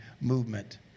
movement